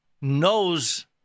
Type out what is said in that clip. knows